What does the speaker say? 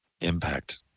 impact